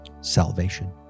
salvation